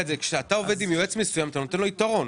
כשאתה עובד עם יועץ מסוים אתה נותן לו יתרון.